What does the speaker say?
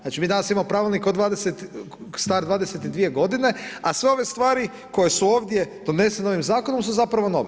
Znači mi danas imamo pravilnik od 20, star 22 godine, a sve ove stvari koje su ovdje donesene ovim zakonom su zapravo nove.